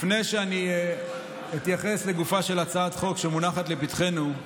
לפני שאני אתייחס לגופה של הצעת החוק שמונחת לפתחנו,